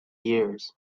years